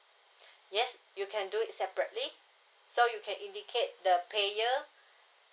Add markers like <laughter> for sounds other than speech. <breath> yes you can do it separately so you can indicate the payer